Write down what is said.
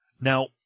Now